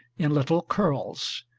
in little curls,